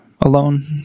alone